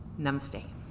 Namaste